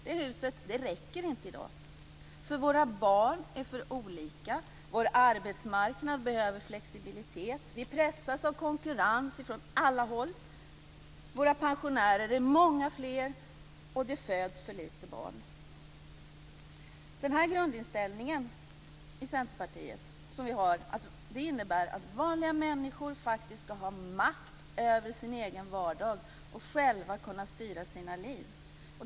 Det huset räcker inte i dag. Våra barn är för olika. Vår arbetsmarknad behöver flexibilitet. Vi pressas av konkurrens från alla håll. Våra pensionärer är många fler och det föds för få barn. Centerpartiets grundinställning innebär att vanliga människor faktiskt ska ha makt över sin egen vardag och själva kunna styra sina liv.